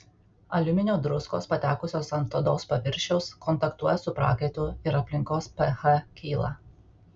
aliuminio druskos patekusios ant odos paviršiaus kontaktuoja su prakaitu ir aplinkos ph kyla